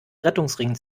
rettungsring